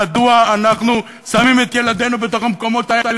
מדוע אנחנו שמים את ילדינו במקומות האלה?